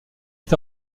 est